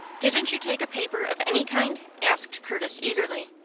didn't you take a paper of any kind? asked curtis, eagerly.